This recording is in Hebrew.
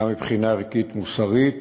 גם מבחינה ערכית-מוסרית